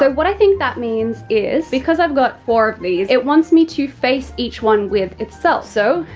so what i think that means is, because i've got four of these, it wants me to face each one with itself. so,